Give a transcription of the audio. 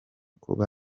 kuba